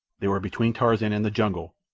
they were between tarzan and the jungle,